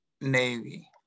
navy